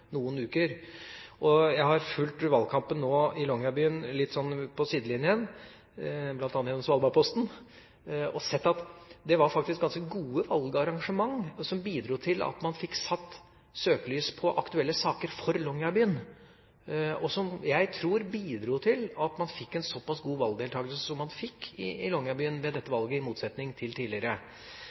noen uker. Jeg har nå fulgt valgkampen litt fra sidelinjen, bl.a. gjennom Svalbardposten, og har sett at det faktisk var ganske gode valgarrangementer, som bidro til at man fikk satt søkelys på aktuelle saker for Longyearbyen, og som jeg tror bidro til at man fikk en såpass god valgdeltakelse som man fikk i Longyearbyen ved dette valget, i motsetning til tidligere.